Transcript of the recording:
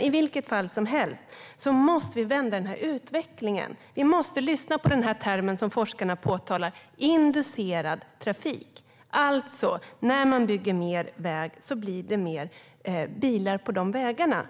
I vilket fall som helst måste vi vända utvecklingen. Vi måste lyssna på den term som forskarna lyfter fram: inducerad trafik, alltså att när man bygger mer väg blir det fler bilar på dessa vägar.